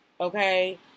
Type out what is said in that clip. okay